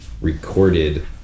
recorded